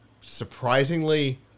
Surprisingly